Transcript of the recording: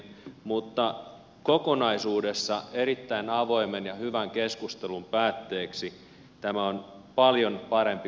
mutta kokonaisuudessa erittäin avoimen ja hyvän keskustelun päätteeksi tämä on paljon parempi kuin vanha tilanne